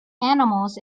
animals